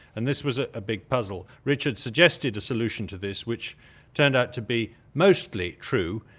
and this was ah a big puzzle. richard suggested a solution to this, which turned out to be mostly true,